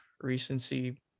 recency